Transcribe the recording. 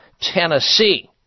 Tennessee